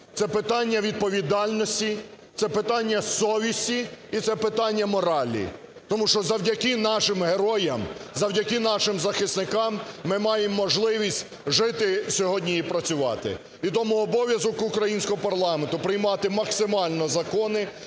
це питання відповідальності, це питання совісті і це питання моралі. Тому що завдяки нашим героям, завдяки нашим захисникам ми маємо можливість жити сьогодні і працювати. І тому обов'язок українського парламенту приймати максимально закони,